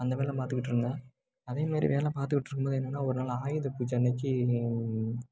அந்த வேலை தான் பார்த்துக்கிட்ருந்தேன் அதேமாதிரி வேலை பார்த்துக்கிட்டு இருக்கும்போது என்னென்னா ஒரு நாள் ஆயுத பூஜை அன்றைக்கு